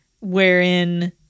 wherein